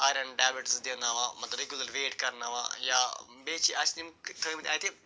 iron tablets دیناوان مطلب regular weight کرناوان یا بیٚیہِ چھِ اَسہِ یِم تھٲیمٕتۍ اَتہِ